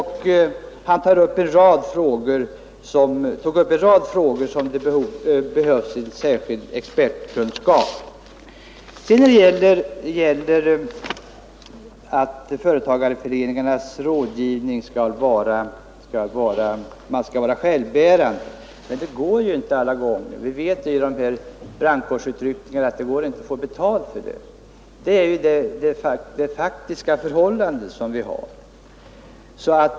Han nämnde också en rad frågor där det behövs en särskild expertkunskap. Företagarföreningarna skall vara självbärande när det gäller rådgivningsverksamheten, men det går ju inte alla gånger. Vi vet att det inte går att få betalt för de här brandkårsutryckningarna. Det är det faktiska förhållande som vi har.